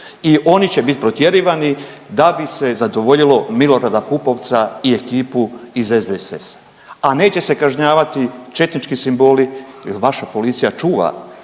I oni će biti protjerivani da bi se zadovoljilo Milorada Pupovca i ekipu iz SDSS-a, a neće se kažnjavati četnički simboli jer vaša policija čuva